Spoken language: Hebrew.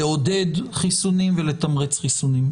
לעודד חיסונים ולתמרץ חיסונים.